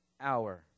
hour